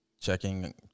checking